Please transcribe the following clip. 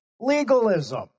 legalism